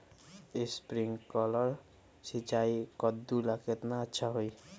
Sprinkler सिंचाई कददु ला केतना अच्छा होई?